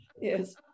Yes